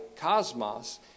cosmos